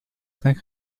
sainte